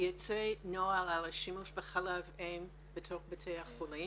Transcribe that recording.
יצא נוהל על השימוש בחלב אם בתוך בתי החולים.